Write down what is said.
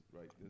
right